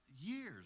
Years